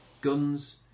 guns